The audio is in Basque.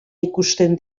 ikusten